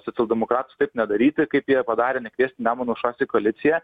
socialdemokratus taip nedaryti kaip jie padarė nekviesti nemuno aušros į koaliciją